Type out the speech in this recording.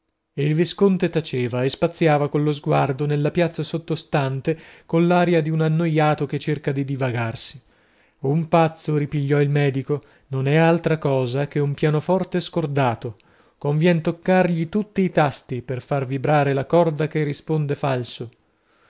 il visconte taceva e spaziava collo sguardo nella piazza sottostante coll'aria di un annoiato che cerca divagarsi un pazzo ripigliò il medico non è altra cosa che un pianoforte scordato convien toccargli tutti i tasti per far vibrare la corda che risponde falso